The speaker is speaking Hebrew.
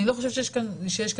אני לא חושבת שיש כאן ויכוח.